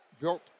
built